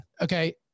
okay